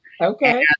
Okay